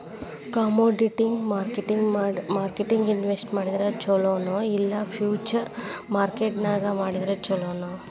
Commodity ಮಾರ್ಕೆಟ್ನ್ಯಾಗ್ invest ಮಾಡಿದ್ರ ಛೊಲೊ ನೊ ಇಲ್ಲಾ ಫ್ಯುಚರ್ ಮಾರ್ಕೆಟ್ ನ್ಯಾಗ್ ಮಾಡಿದ್ರ ಛಲೊನೊ?